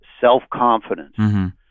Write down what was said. self-confidence